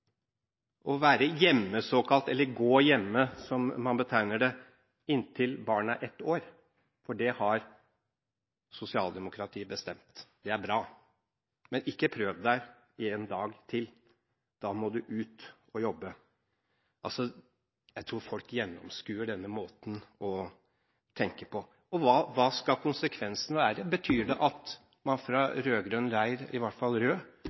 å være såkalt hjemme, eller gå hjemme, som man betegner det, inntil barnet er ett år, for det har sosialdemokratiet bestemt – det er bra. Men ikke prøv deg en dag til, da må du ut og jobbe. Jeg tror folk gjennomskuer denne måten å tenke på. Og hva skal konsekvensen være? Betyr det at man fra rød-grønn leir, i hvert fall rød,